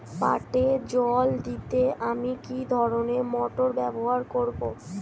পাটে জল দিতে আমি কি ধরনের মোটর ব্যবহার করব?